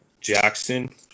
jackson